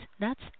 nuts